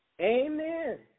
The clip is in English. Amen